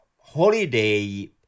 holiday